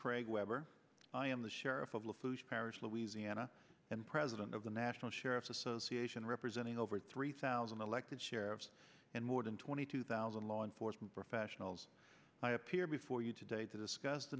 craig weber i am the sheriff of parish louisiana and president of the national sheriffs association representing over three thousand elected sheriffs and more than twenty two thousand law enforcement professionals appear before you today to discuss the